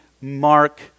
mark